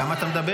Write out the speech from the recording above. כמה אתה מדבר?